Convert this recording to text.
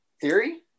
theory